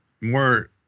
more